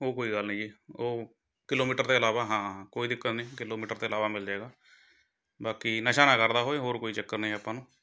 ਉਹ ਕੋਈ ਗੱਲ ਨਹੀਂ ਜੀ ਉਹ ਕਿਲੋਮੀਟਰ ਤੋਂ ਇਲਾਵਾ ਹਾਂ ਹਾਂ ਹਾਂ ਕੋਈ ਦਿੱਕਤ ਨਹੀਂ ਕਿਲੋਮੀਟਰ ਤੋਂ ਇਲਾਵਾ ਮਿਲ ਜਾਵੇਗਾ ਬਾਕੀ ਨਸ਼ਾ ਨਾ ਕਰਦਾ ਹੋਏ ਹੋਰ ਕੋਈ ਚੱਕਰ ਨਹੀਂ ਆਪਾਂ ਨੂੰ